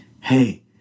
hey